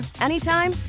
anytime